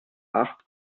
acht